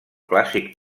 clàssic